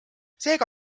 seega